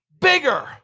bigger